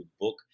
book